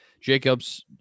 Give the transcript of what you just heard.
Jacobs